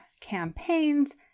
campaigns